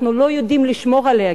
אנחנו לא יודעים לשמור עליה,